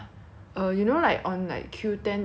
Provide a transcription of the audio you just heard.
um you know like on like Qoo ten they sell like